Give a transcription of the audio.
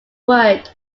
work